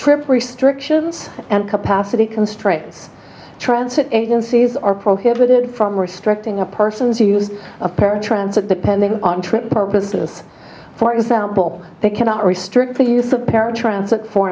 trip restrictions and capacity constraints transit agencies are prohibited from restricting a person's use of paratransit depending on trip purposes for example they cannot restrict the use